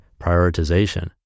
prioritization